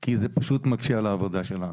כי זה פשוט מקשה על העבודה שלנו.